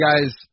guys